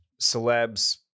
celebs